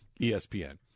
ESPN